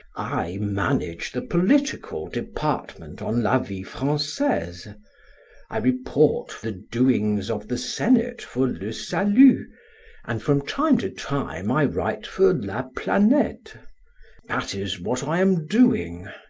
i manage the political department on la vie francaise i report the doings of the senate for le salut and from time to time i write for la planete that is what i am doing.